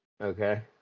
Okay